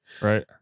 right